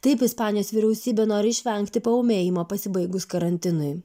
taip ispanijos vyriausybė nori išvengti paūmėjimo pasibaigus karantinui